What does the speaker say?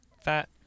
Fat